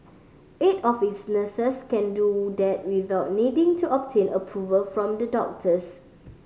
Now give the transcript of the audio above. eight of its nurses can do that without needing to obtain approval from the doctors